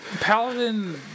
Paladin